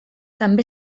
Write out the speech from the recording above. també